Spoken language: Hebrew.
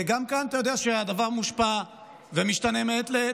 גם כאן אתה יודע שהדבר מושפע ומשתנה מעת לעת.